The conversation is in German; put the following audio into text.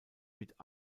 mit